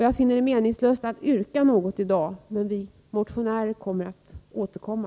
Jag finner det meningslöst att yrka något i dag, men vi motionärer skall återkomma.